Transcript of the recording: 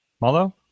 Malo